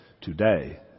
today